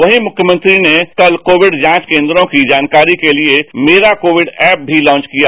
वहीं मुख्यमंत्री ने कल कोविड जांच केंद्रों की जानकारी के लिए स्मेरा कोविड ऐपर भी लॉन्चकिया